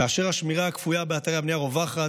כאשר השמירה הכפויה באתרי הבנייה רווחת